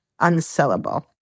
unsellable